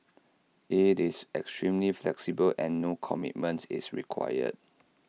IT is extremely flexible and no commitment is required